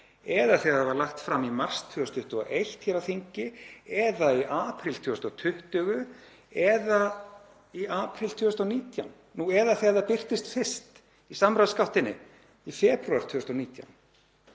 eða þegar það var lagt fram í mars 2021 á þingi, eða í apríl 2020, eða í apríl 2019, eða þegar það birtist fyrst í samráðsgáttinni, í febrúar 2019.